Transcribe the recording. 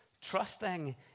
trusting